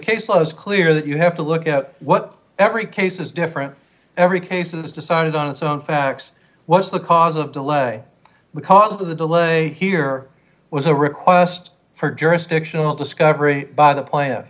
case law is clear that you have to look at what every case is different every case is decided on its own facts what's the cause of delay because of the delay here was a request for jurisdictional discovery by the pla